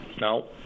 no